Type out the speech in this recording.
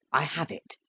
i have it.